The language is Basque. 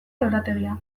lorategia